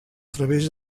través